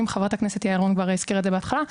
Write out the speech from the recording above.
אם חברת הכנסת יעל רון הזכירה את זה בהתחלה,